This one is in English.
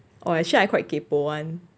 oh actually I quite kaypoh [one]